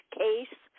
case